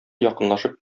якынлашып